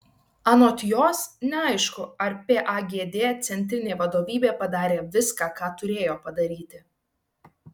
anot jos neaišku ar pagd centrinė vadovybė padarė viską ką turėjo padaryti